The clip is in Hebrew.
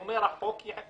אני אומר שהחוק יאפשר.